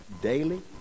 daily